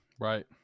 Right